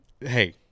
hey